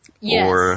yes